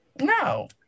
No